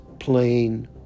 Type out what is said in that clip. Plain